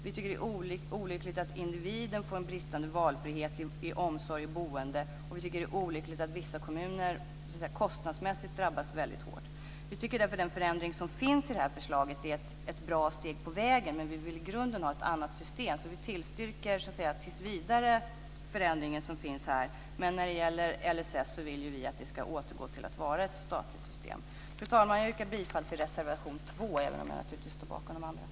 Vi tycker att det är olyckligt att individen får en bristande valfrihet i omsorg och boende, och vi tycker att det är olyckligt att vissa kommuner kostnadsmässigt drabbas väldigt hårt. Vi tycker därför att den förändring som finns i detta förslag är ett bra steg på vägen, men vi vill i grunden ha ett annat system. Vi tillstyrker tills vidare den förändring som finns här, men vi vill att LSS ska återgå till att vara ett statligt system. Fru talman! Jag yrkar bifall till reservation 2, även om jag naturligtvis står bakom de andra.